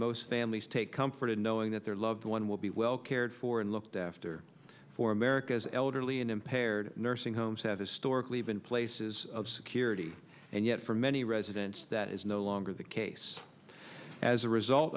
most families take comfort in knowing that their loved one will be well cared for and looked after for america's elderly and impaired nursing homes have historically been places of security and yet for many residents that is no longer the case as a result